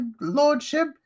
Lordship